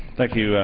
thank you.